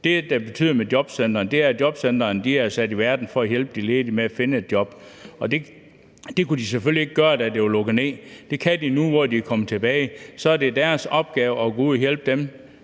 at få et job. Jobcentrene er sat i verden for at hjælpe de ledige med at finde et job, og det kunne de selvfølgelig ikke gøre, da det var lukket ned. Det kan de nu, hvor de er kommet tilbage. Så er det deres opgave at gå ud og hjælpe dem,